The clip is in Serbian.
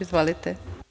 Izvolite.